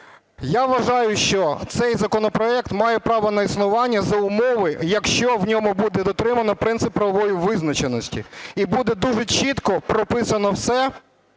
Я вважаю, що цей законопроект має право на існування за умови, якщо в ньому буде дотримано принцип правової визначеності, і буде дуже чітко прописано все,